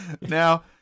Now